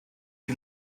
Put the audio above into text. die